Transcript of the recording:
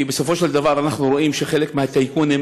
כי בסופו של דבר אנחנו רואים שחלק מהטייקונים